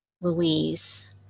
Louise